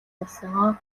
болсон